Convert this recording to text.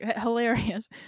Hilarious